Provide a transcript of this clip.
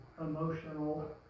emotional